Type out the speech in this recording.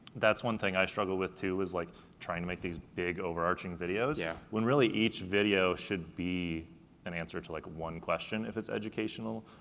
that's one thing i struggle with, too, is like trying to make these big, overarching videos. yeah. when really each video should be an answer to like one question, if it's educational,